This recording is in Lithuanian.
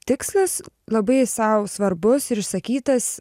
tikslas labai sau svarbus ir išsakytas